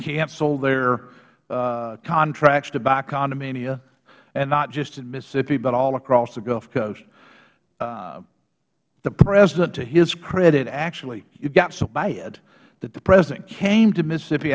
canceled their contracts to buy condominia and not just in mississippi but all across the gulf coast the president to his credit actually it got so bad that the president came to mississippi